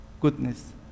goodness